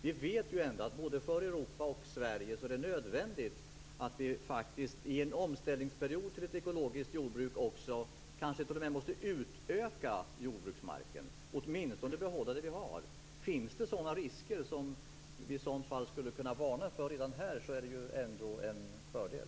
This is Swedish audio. Vi vet ändå att det både för Europa och Sverige är nödvändigt att vi i en omställningsperiod inför ett ekologiskt jordbruk kanske t.o.m. utökar jordbruksmarkens omfattning, eller åtminstone behåller det vi har. Finns det sådana risker? Om vi i så fall skulle kunna varna för dem redan nu vore det en fördel.